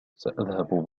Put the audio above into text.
سأذهب